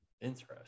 Interesting